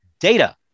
data